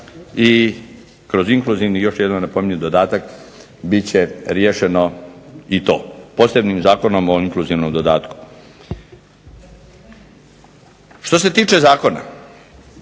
I kroz inkluzivni još jednom napominjem dodatak bit će riješeno i to posebnim Zakonom o inkluzivnom dodatku. Što se tiče zakona,